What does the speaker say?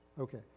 Okay